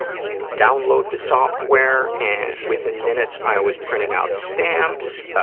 you download the software and, within minutes, i was printing out stamps,